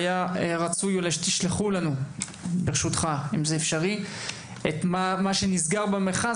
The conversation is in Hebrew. והיה רצוי שתשלחו לנו את מה שנסגר במכרז